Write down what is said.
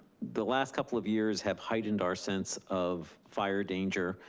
the last couple of years have heightened our sense of fire danger.